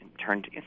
turned